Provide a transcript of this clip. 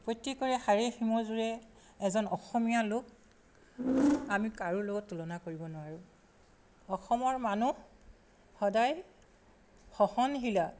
প্ৰত্যেকৰে হাড়ে হিমজুৱে এজন অসমীয়া লোক আমি কাৰো লগত তুলনা কৰিব নোৱাৰোঁ অসমৰ মানুহ সদায় সহনশীলা